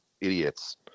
idiots